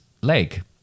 leg